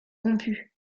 rompues